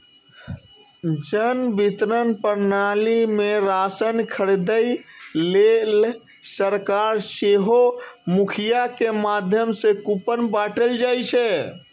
जन वितरण प्रणाली मे राशन खरीदै लेल सरकार सेहो मुखियाक माध्यम सं कूपन बांटै छै